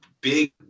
Big